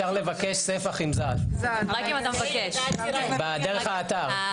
לגבי תעודת זהות - אפשר לבקש ספח עם ז"ל דרך האתר.